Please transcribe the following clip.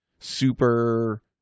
Super